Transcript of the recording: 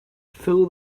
fill